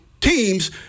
teams